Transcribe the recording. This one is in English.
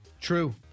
True